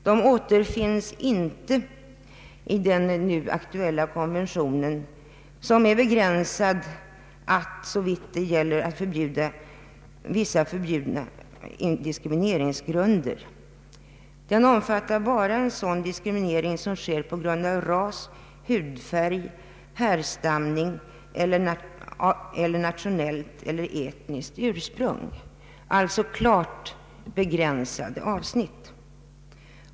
De återfinns inte i den nu aktuella konventionen, som är begränsad då det gäller förbjudna diskrimineringsgrunder. Den omfattar bara sådan diskriminering som sker på grund av ras, hudfärg, härstamning eller nationellt eller etniskt ursprung, alltså klart begränsade avsnitt.